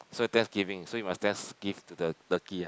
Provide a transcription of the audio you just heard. so Thanksgiving so you must thanks give to the turkey ah